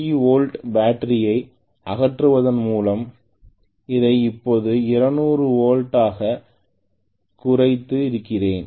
120 volt பேட்டரியை அகற்றுவதன் மூலம் இதை இப்போது 200 வோல்ட்டாகக் குறைத்து இருக்கிறேன்